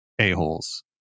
a-holes